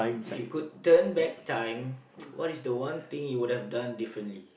if you could turn back time what is the one thing you would have done differently